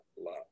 love